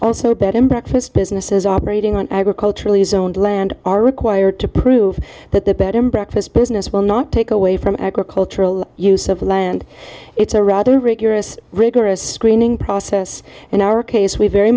also a bed and breakfast businesses operating on agriculturally zoned land are required to prove that the bed and breakfast business will not take away from agricultural use of land it's a rather rigorous rigorous screening process in our case we very